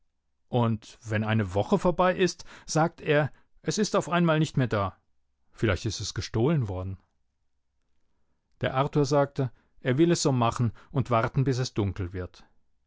und wenn eine woche vorbei ist sagt er es ist auf einmal nicht mehr da vielleicht ist es gestohlen worden der arthur sagte er will es so machen und warten bis es dunkel wird